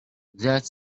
that